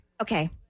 Okay